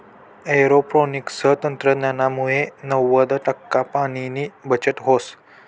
aeroponics तंत्रज्ञानमुये नव्वद टक्का पाणीनी बचत व्हस